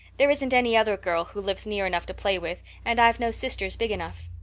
there isn't any other girl who lives near enough to play with, and i've no sisters big enough.